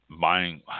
buying